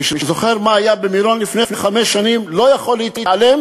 מי שזוכר מה היה במירון לפני חמש שנים לא יכול להתעלם